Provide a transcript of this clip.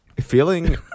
Feeling